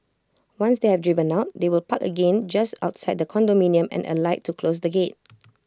once they have driven out they will park again just outside the condominium and alight to close the gate